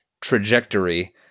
trajectory